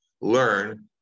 learn